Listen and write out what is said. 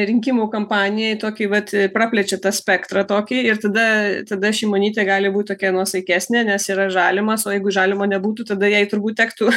rinkimų kampanijai tokį vat praplečia tą spektrą tokį ir tada tada šimonytė gali būt tokia nuosaikesnė nes yra žalimas o jeigu žalimo nebūtų tada jei turbūt tektų